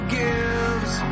gives